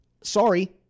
Sorry